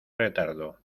retardo